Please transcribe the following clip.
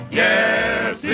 yes